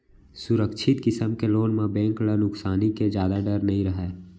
सुरक्छित किसम के लोन म बेंक ल नुकसानी के जादा डर नइ रहय